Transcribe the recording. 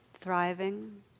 thriving